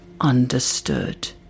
understood